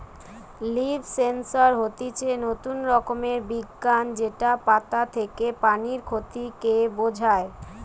leaf sensor হতিছে নতুন রকমের বিজ্ঞান যেটা পাতা থেকে পানির ক্ষতি কে বোঝায়